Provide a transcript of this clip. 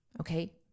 Okay